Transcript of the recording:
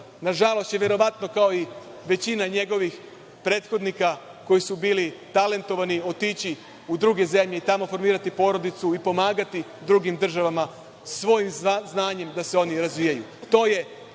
nažalost, će verovatno, kao i većina njegovih prethodnika koji su bili talentovani, otići u druge zemlje i tamo formirati porodicu i pomagati drugim državama svojim znanjem da se oni razvijaju.